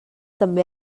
també